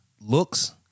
looks